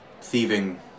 thieving